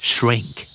Shrink